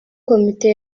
komite